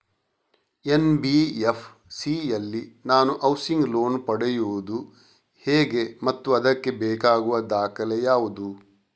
NBFC ಯಲ್ಲಿ ನಾನು housing loan ಪಡೆಯುದು ಹೇಗೆ ಮತ್ತು ಅದಕ್ಕೆ ಬೇಕಾಗುವ ದಾಖಲೆ ಯಾವುದು?